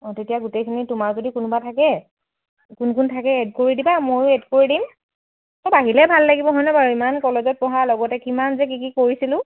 অঁ তেতিয়া গোটেইখিনি তোমাৰ যদি কোনোবা থাকে কোন কোন থাকে এড কৰি দিবা ময়ো এড কৰি দিম অ' বাঢ়িলে ভাল লাগিব হয়নে বাৰু ইমান কলেজত পঢ়াৰ লগতে কিমান যে কি কি কৰিছিলোঁ